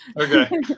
Okay